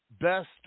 best